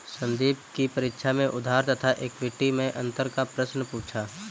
संदीप की परीक्षा में उधार तथा इक्विटी मैं अंतर का प्रश्न पूछा